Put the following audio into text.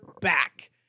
back